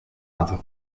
agio